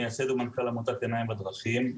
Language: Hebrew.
מייסד ומנכ"ל עמותת עיניים בדרכים,